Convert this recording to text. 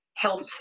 health